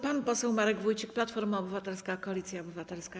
Pan poseł Marek Wójcik, Platforma Obywatelska - Koalicja Obywatelska.